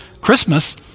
Christmas